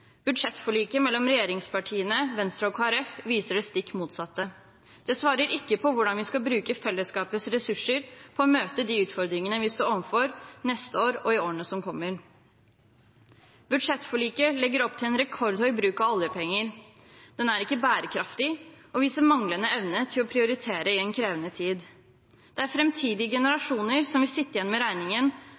Budsjettforliket mellom regjeringspartiene, Venstre og Kristelig Folkeparti viser det stikk motsatte. Det svarer ikke på hvordan vi skal bruke fellesskapets ressurser på å møte de utfordringene vi står overfor neste år og i årene som kommer. Budsjettforliket legger opp til en rekordhøy bruk av oljepenger. Det er ikke bærekraftig og viser manglende evne til å prioritere i en krevende tid. Det er framtidige generasjoner som vil sitte igjen med regningen